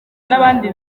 n’abandi